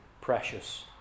precious